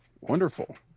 Wonderful